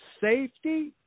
safety